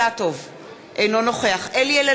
אינו נוכח רוברט אילטוב,